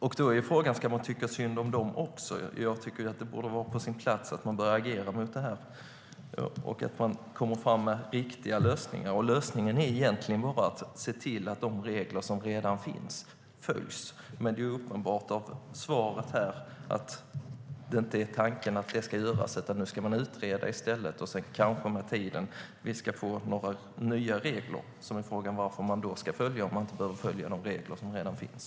Frågan är om man ska tycka synd om dem också. Jag tycker att det borde vara på sin plats att man börjar agera mot detta och att man kommer fram med riktiga lösningar. Lösningen är egentligen bara att se till att de regler som redan finns följs. Men av svaret att döma är det uppenbart att tanken inte är att det ska göras. Nu ska man utreda i stället, och sedan kanske vi får några nya regler med tiden. Frågan är varför man ska följa dessa om man inte behöver följa de regler som redan finns.